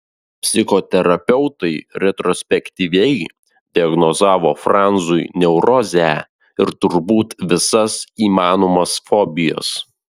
psichoterapeutai retrospektyviai diagnozavo franzui neurozę ir turbūt visas įmanomas fobijas